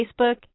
Facebook